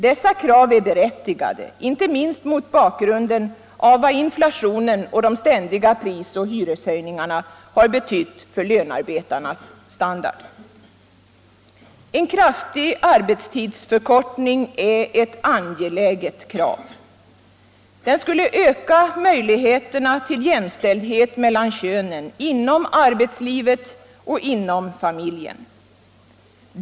Dessa är berättigade, inte minst mot bakgrunden av vad inflationen och de ständiga prisoch hyresstegringarna har betytt för lönarbetarnas standard. En kraftig arbetstidsförkortning är ett angeläget krav. Den skulle öka möjligheterna till jämställdhet mellan könen inom arbetslivet och inom familjen.